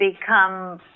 become